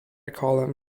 column